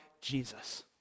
Jesus